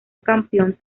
campeón